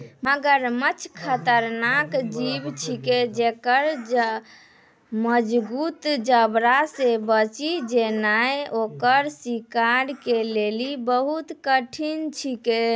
मगरमच्छ खतरनाक जीव छिकै जेक्कर मजगूत जबड़ा से बची जेनाय ओकर शिकार के लेली बहुत कठिन छिकै